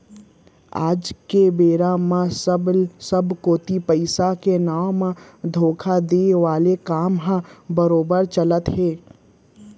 आज के बेरा म सबे कोती पइसा के नांव म धोखा देय वाले काम ह बरोबर चलत हे